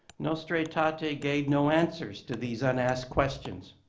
nostra aetate gave no answers to these unasked questions.